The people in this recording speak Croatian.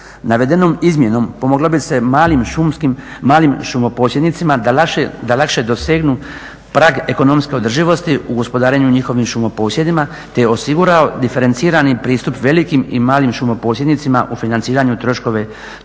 Navedenom izmjenom pomoglo bi se malim šumoposjednicima da lakše dosegnu prag ekonomske održivosti u gospodarenju njihovim šumoposjedima te osigurao diferencirani pristup velikim i malim šumoposjednicima u financiranju troškova izrade,